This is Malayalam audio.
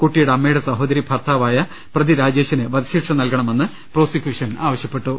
കുട്ടിയുടെ അമ്മയുടെ സഹോദരി ഭർത്താവ് ആയ പ്രതി രാജേഷിന് വധശിക്ഷ നൽകണമെന്ന് പ്രോസിക്യൂഷൻ ആവശ്യപ്പെട്ടു